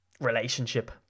relationship